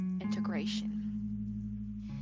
integration